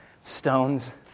stones